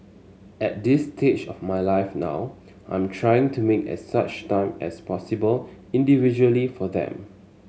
at this stage of my life now I'm trying to make as such time as possible individually for them